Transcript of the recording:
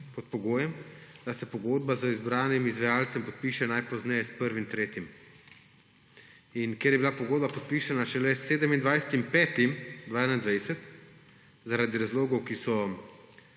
pod pogojem, da se pogodba z izbranim izvajalcem podpiše najpozneje s 1. marcem. Ker je bila pogodba podpisana šele s 27. 5. 2021 zaradi razlogov, ki niso